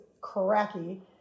cracky